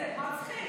זה מצחיק,